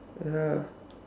ya